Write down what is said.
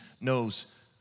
knows